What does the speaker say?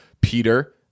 Peter